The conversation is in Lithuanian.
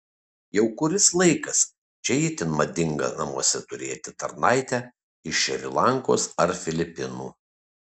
jau kuris laikas čia itin madinga namuose turėti tarnaitę iš šri lankos ar filipinų